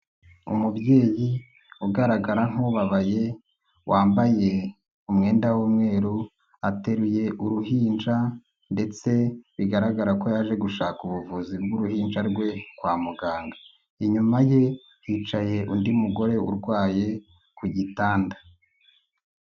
Umubyeyi ugaragara nk'ubabaye wambaye umwenda w'umweru, ateruye uruhinja ndetse bigaragara ko yaje gushaka ubuvuzi bw'uruhinja rwe kwa muganga inyuma ye hicaye undi mugore urwaye ku gitanda.